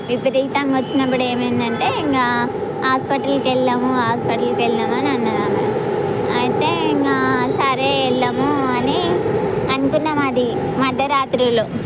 విపరీతంగా వచ్చినప్పుడు ఏమైంది అంటే ఇంకా ఆస్పత్రికి వెళ్ళాము హాస్పిటల్కి వెళదాం అని అన్నది ఆమె అయితే ఇంకా సరే వెళ్ళాము అని అనుకున్నాం అది అర్ధరాత్రిలో